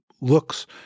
looks